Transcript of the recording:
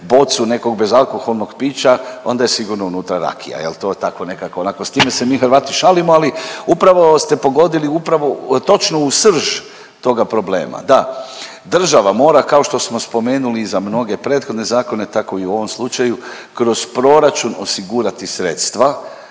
bocu nekog bezalkoholnog pića, onda je sigurno unutra rakija jer to je tako nekako onako, s time se mi Hrvati šalimo, ali upravo ste pogodili točno u srž toga problema. Da, država mora kao što smo spomenuli i za mnoge prethodne zakone tako i u ovom slučaju kroz proračun osigurati sredstva